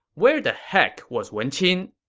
where the heck was wen qin?